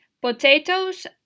potatoes